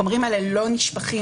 החומרים האלה לא נמסרים.